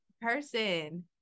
person